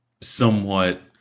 somewhat